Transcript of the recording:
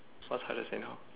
what's hard to say no